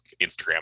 Instagram